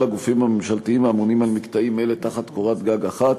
הגופים הממשלתיים האמונים על מקטעים אלה תחת קורת גג אחת,